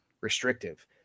restrictive